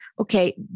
okay